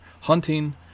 hunting